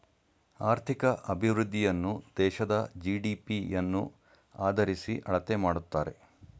ಆರ್ಥಿಕ ಅಭಿವೃದ್ಧಿಯನ್ನು ದೇಶದ ಜಿ.ಡಿ.ಪಿ ಯನ್ನು ಆದರಿಸಿ ಅಳತೆ ಮಾಡುತ್ತಾರೆ